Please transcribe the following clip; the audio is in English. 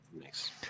Nice